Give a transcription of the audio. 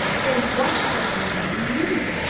then what could the man mean?